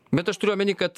bet aš turiu omeny kad